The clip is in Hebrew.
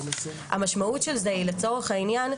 המשמעות של זה היא לצורך העניין,